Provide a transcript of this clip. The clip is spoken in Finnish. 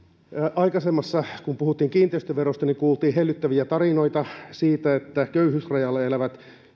aikaisemmin puhuttiin kiinteistöverosta niin kuultiin hellyttäviä tarinoita siitä että köyhyysrajalla elävät